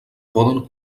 poden